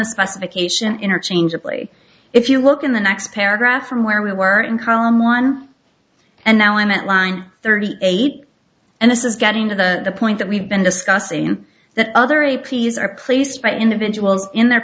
specification interchangeably if you look in the next paragraph from where we were in column one and now i meant line thirty eight and this is getting to the point that we've been discussing in that other a p s are placed by individuals in their